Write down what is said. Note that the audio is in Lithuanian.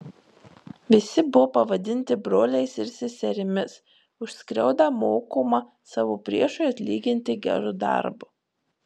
visi buvo pavadinti broliais ir seserimis už skriaudą mokoma savo priešui atlyginti geru darbu